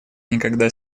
никогда